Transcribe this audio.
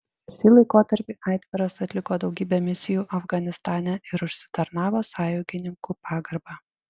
per šį laikotarpį aitvaras atliko daugybę misijų afganistane ir užsitarnavo sąjungininkų pagarbą